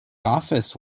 office